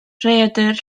rhaeadr